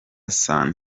san